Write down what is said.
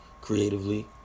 creatively